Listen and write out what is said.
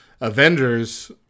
Avengers